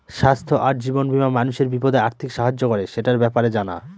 স্বাস্থ্য আর জীবন বীমা মানুষের বিপদে আর্থিক সাহায্য করে, সেটার ব্যাপারে জানা